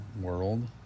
world